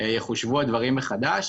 יחושבו הדברים מחדש.